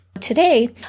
Today